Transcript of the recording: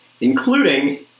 Including